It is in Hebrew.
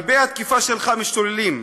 כלבי התקיפה שלך משתוללים.